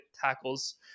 tackles